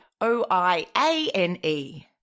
O-I-A-N-E